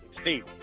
Steve